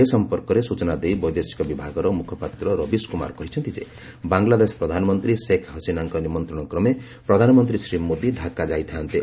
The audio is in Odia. ଏ ସମ୍ପର୍କରେ ସୂଚନା ଦେଇ ବୈଦେଶିକ ବିଭାଗର ମୁଖପାତ୍ର ରବୀଶ କୁମାର କହିଛନ୍ତି ଯେ ବାଂଲାଦେଶ ପ୍ରଧାନମନ୍ତ୍ରୀ ଶେଖ୍ ହସିନାଙ୍କ ନିମନ୍ତ୍ରଣ କ୍ରମେ ପ୍ରଧାନମନ୍ତ୍ରୀ ଶ୍ରୀ ମୋଦି ଢାକା ଯାଇଥାଆନ୍ତେ